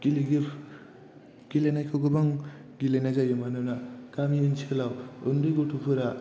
गेलेनायखौ गोबां गेलेनाय जायो मानोना गामि ओनसोलाव उन्दै गथ'फोरा